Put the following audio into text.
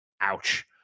Ouch